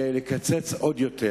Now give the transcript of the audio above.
ולקצץ עוד יותר.